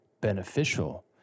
beneficial